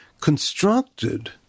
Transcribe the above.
constructed